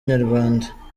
nyarwanda